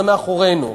זה מאחורינו,